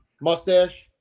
Mustache